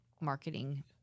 marketing